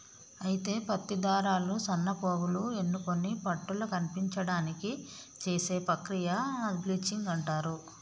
అయితే పత్తి దారాలు సన్నపోగులు ఎన్నుకొని పట్టుల కనిపించడానికి చేసే ప్రక్రియ బ్లీచింగ్ అంటారు